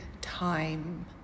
time